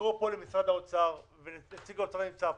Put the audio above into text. לקרוא פה למשרד האוצר ונציג האוצר היה פה,